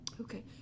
Okay